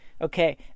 Okay